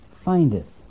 findeth